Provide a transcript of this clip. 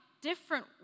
different